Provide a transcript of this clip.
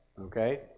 okay